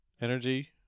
energy